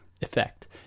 effect